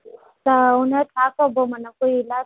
त उनजो छा कबो माना कोई इलाजु